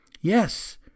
Yes